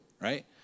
right